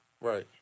Right